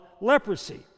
leprosy